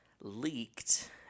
leaked